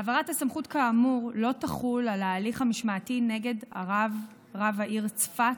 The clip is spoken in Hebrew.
העברת הסמכות כאמור לא תחול על ההליך המשמעתי נגד רב העיר צפת,